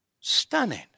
Stunning